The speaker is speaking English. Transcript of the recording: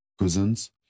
cousins